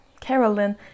Carolyn